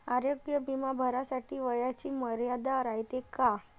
आरोग्य बिमा भरासाठी वयाची मर्यादा रायते काय?